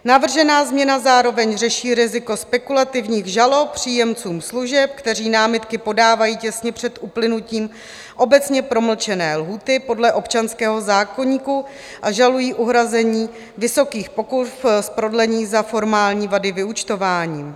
Navržená změna zároveň řeší riziko spekulativních žalob příjemcům služeb, kteří námitky podávají těsně před uplynutím obecně promlčené lhůty podle občanského zákoníku a žalují uhrazení vysokých pokut z prodlení za formální vady vyúčtování.